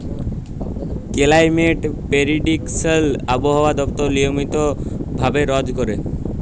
climate prediction আবহাওয়া দপ্তর নিয়মিত ভাবে রজ ক্যরে